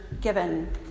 given